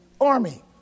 army